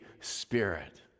spirit